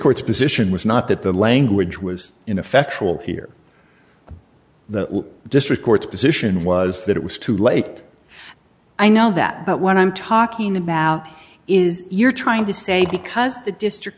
courts position was not that the language was ineffectual here but the district court's position was that it was too late i know that but what i'm talking about is you're trying to say because the district